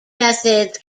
methods